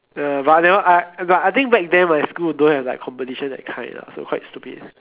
uh but I never I but I think back then school don't have like competition that kind lah so quite stupid